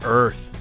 earth